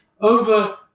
over